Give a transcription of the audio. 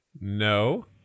No